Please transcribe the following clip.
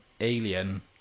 alien